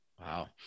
Wow